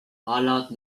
hollered